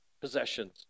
Possessions